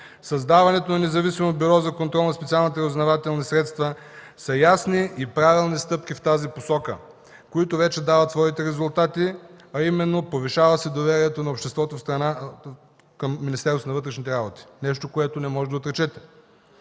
създаването на Независимо бюро за контрол над специалните разузнавателни средства са ясни и правилни стъпки в тази посока, които вече дават своите резултати, а именно – повишава се доверието на обществото към Министерството на вътрешните работи. Нещо, което не можете да отречете.